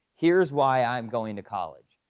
here's why i'm going to college.